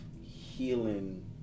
healing